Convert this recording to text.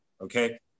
okay